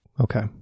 Okay